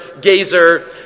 gazer